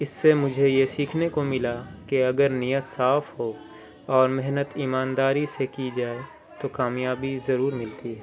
اس سے مجھے یہ سیکھنے کو ملا کہ اگر نیت صاف ہو اور محنت ایمانداری سے کی جائے تو کامیابی ضرور ملتی ہے